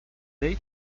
they